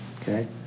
Okay